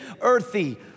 earthy